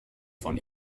von